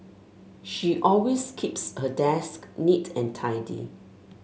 she always keeps her desk neat and tidy